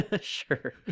sure